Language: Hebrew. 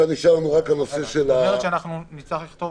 נצטרך להכניס